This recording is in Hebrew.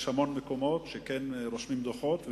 יש המון מקומות שכן רושמים בהם דוחות,